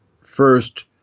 first